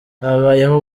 habayeho